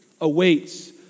awaits